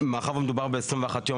מאחר ומדובר ב-21 יום,